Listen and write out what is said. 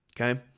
okay